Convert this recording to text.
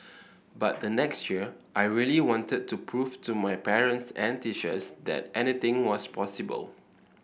but the next year I really wanted to prove to my parents and teachers that anything was possible